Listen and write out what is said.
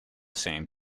same